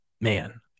man